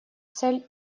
цель